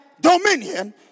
dominion